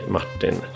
Martin